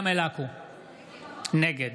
נגד